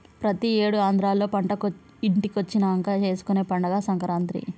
ప్రతి ఏడు ఆంధ్రాలో పంట ఇంటికొచ్చినంక చేసుకునే పండగే సంక్రాంతి